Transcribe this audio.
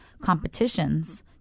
competitions